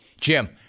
Jim